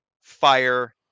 fire